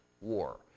war